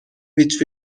which